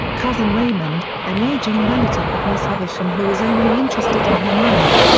cousin raymond, an ageing relative of miss havisham who is only interested in her money.